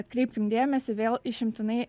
atkreipkim dėmesį vėl išimtinai